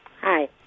Hi